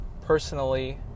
personally